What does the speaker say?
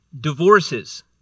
Divorces